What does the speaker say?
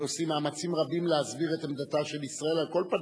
שעושים מאמצים רבים להסביר את עמדתה של ישראל על כל פניה,